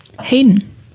Hayden